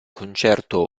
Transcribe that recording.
concerto